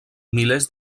milers